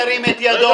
ירים את ידו.